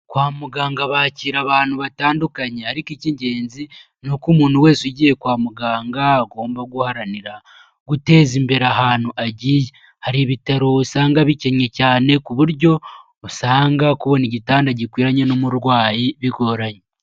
Kwa muganga bakira abantu batandukanye ariko icy'ingenzi ni uko umuntu wese ugiye kwa muganga agomba guharanira guteza imbere ahantu agiye. Hari ibitaro usanga bikennye cyane ku buryo usanga kubona igitanda gikwiranye n'umurwayi bigoranye.